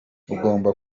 ugomba